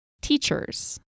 teachers